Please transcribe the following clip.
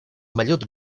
mallot